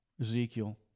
Ezekiel